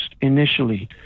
initially